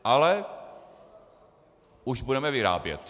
Ale už budeme vyrábět.